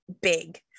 big